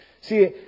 See